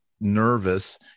nervous